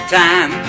time